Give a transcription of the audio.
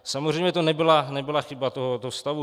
Samozřejmě to nebyla chyba tohoto stavu.